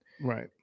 right